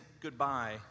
goodbye